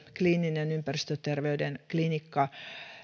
kliininen ympäristöterveyden klinikka